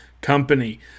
Company